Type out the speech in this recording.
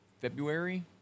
February